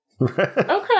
Okay